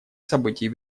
событий